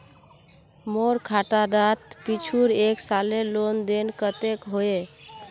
मोर खाता डात पिछुर एक सालेर लेन देन कतेक होइए?